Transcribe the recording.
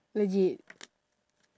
legit